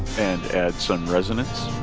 and add some resonance